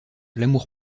l’amour